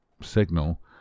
signal